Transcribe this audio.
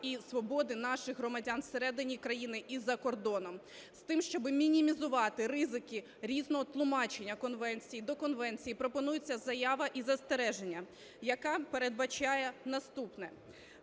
і свободи наших громадян всередині країни і за кордоном. З тим щоби мінімізувати ризики різного тлумачення конвенції, до конвенції пропонується заява і застереження, яка передбачає наступне.